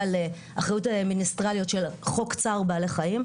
לאחריות מיניסטריאלית של חוק צער בעלי חיים.